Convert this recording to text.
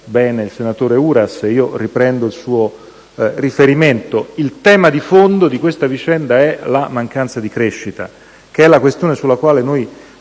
Il tema di fondo di questa vicenda è la mancanza di crescita, questione sulla quale il